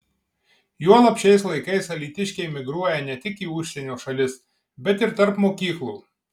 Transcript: juolab šiais laikais alytiškiai migruoja ne tik į užsienio šalis bet ir tarp mokyklų